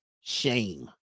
shame